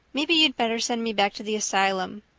maybe you'd better send me back to the asylum.